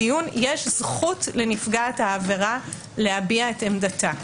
יש זכות לנפגעת העבירה להביע את עמדתה.